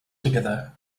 together